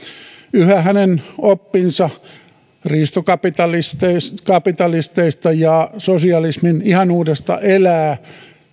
yhä hänen oppinsa riistokapitalisteista ja sosialismin ihanuudesta elää